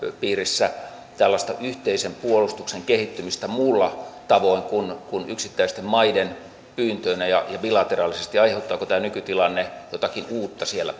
piirissä tällaista yhteisen puolustuksen kehittymistä muulla tavoin kuin yksittäisten maiden pyyntöinä ja bilateraalisesti aiheuttaako tämä nykytilanne jotakin uutta siellä